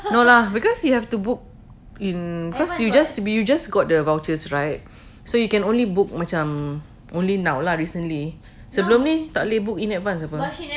no lah because you have to book in cause you just you just got the vouchers right so you can only book macam only now lah recently sebelum ni tak boleh book in advance